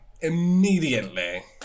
immediately